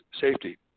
safety